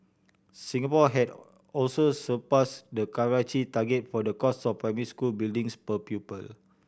Singapore had also surpassed the Karachi target for the cost of primary school buildings per pupil